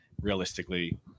realistically